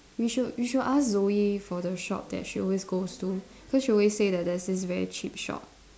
we should we should ask Zoey for the shop that she always goes to cause she always say that there's this very cheap shop